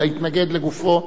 אלא יתנגד לגופו,